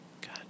God